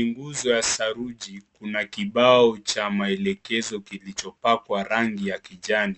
Ni nguzo ya saruji kuna kibao cha maelekezo kilichopakwa rangi ya ,kijani